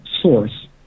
source